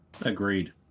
Agreed